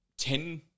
10